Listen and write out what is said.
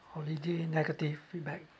holiday negative feedback